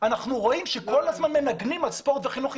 ואנחנו רואים שכל הזמן מנגנים על ספורט וחינוך ימי.